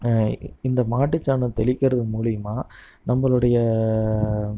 இந்த மாட்டுச்சாணம் தெளிக்கிறது மூலிமா நம்மளுடைய